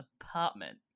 apartment